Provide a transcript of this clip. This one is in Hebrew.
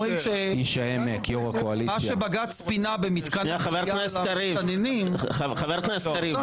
אומרים שמה שבג"ץ פינה במתקן המסתננים --- חבר הכנסת קריב,